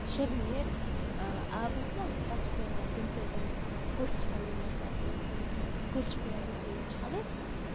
شِر نیرِ آبَس منٛز پَتہٕ چھُ پیوان تَمہِ سۭتۍ کوٚٹھۍ چھلٕنۍ ہن مطلب کوٚٹھۍ چھِ پیوان تَمہِ سۭتۍ چھَلٕنۍ